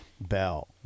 Bell